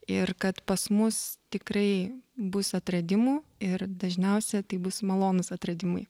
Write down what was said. ir kad pas mus tikrai bus atradimų ir dažniausia tai bus malonūs atradimai